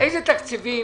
איזה תקציבים